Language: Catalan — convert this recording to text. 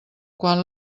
quan